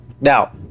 Now